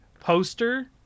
poster